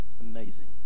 Amazing